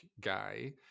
guy